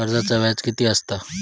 कर्जाचा व्याज कीती असता?